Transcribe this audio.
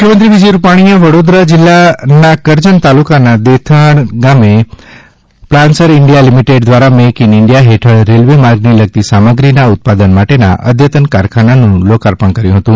મુખ્યમંત્રી વિજય રૂપાણીએ વડોદરા જિલ્લા કરજણ તાલુકાના દેઠાણ ગામે પ્લાસર ઇન્ડિયા લીમીટેડ દ્વારા મેક ઇન ઇન્ડિયા હેઠળ રેલવે માર્ગની લગતી સામગ્રીના ઉત્પાદન માટેના અદ્યતન કારખાનાનું લોકાર્પણ કર્યું હતું